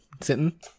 sitting